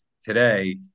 today